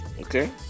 okay